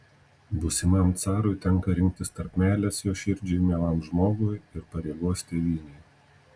būsimam carui tenka rinktis tarp meilės jo širdžiai mielam žmogui ir pareigos tėvynei